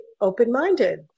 open-minded